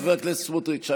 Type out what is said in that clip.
חבר הכנסת סמוטריץ'.